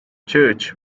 church